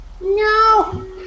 No